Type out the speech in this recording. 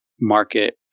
market